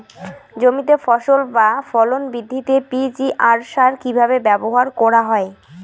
জমিতে ফসল বা ফলন বৃদ্ধিতে পি.জি.আর সার কীভাবে ব্যবহার করা হয়?